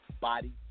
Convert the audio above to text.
Body